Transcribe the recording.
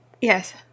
Yes